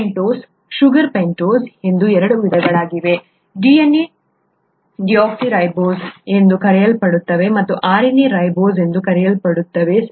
pentose ಶುಗರ್ಗಳು ಎರಡು ವಿಧಗಳಾಗಿವೆ DNA ಡಿಆಕ್ಸಿರೈಬೋಸ್ ಎಂದು ಕರೆಯಲ್ಪಡುತ್ತದೆ ಮತ್ತು RNA ರೈಬೋಸ್ ಎಂದು ಕರೆಯಲ್ಪಡುತ್ತದೆ ಸರಿ